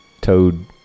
toad